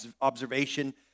observation